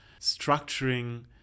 structuring